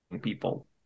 people